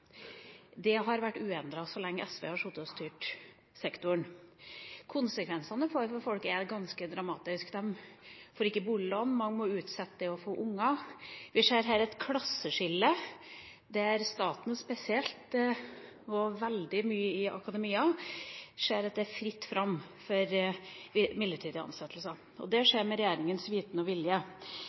Det har vært uendret så lenge SV har sittet og styrt sektoren. Konsekvensene for folk er ganske dramatiske. De får ikke boliglån, og mange må utsette å få unger. Vi får her et klasseskille, og i staten spesielt, og veldig mange innen akademia, er det fritt fram for midlertidige ansettelser. Dette skjer med regjeringas viten og vilje.